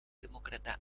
demócrata